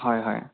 হয় হয়